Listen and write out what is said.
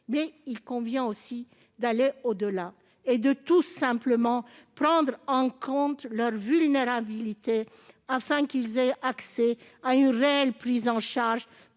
mais il convient aussi d'aller au-delà et de tout simplement prendre en compte leur vulnérabilité pour qu'ils aient accès à une réelle prise en charge